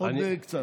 עוד קצת.